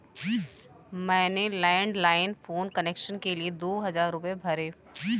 मैंने landline phone connection के लिए दो हजार रुपए भरे